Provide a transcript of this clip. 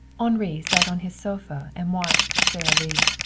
henri sat on his sofa and watched sara lee.